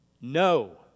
No